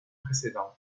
précédente